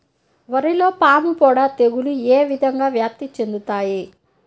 వరిలో పాముపొడ తెగులు ఏ విధంగా వ్యాప్తి చెందుతాయి?